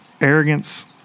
arrogance